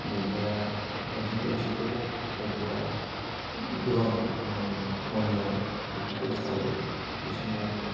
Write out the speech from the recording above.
बबेबाया बिदिनो एइटि फर अबेबाया गोबां मानि अवान इयार बेबायदि थायो बे समाव